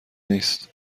نیست